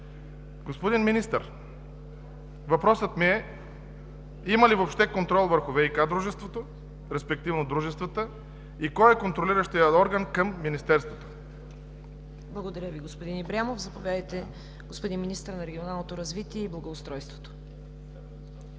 Господин Министър, въпросът ми е: има ли въобще контрол върху ВиК -дружеството, респективно дружествата, и кой е контролиращият орган към Министерството? ПРЕДСЕДАТЕЛ ЦВЕТА КАРАЯНЧЕВА: Благодаря Ви, господин Ибрямов. Заповядайте, господин Министър на регионалното развитие и благоустройството.